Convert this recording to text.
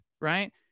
Right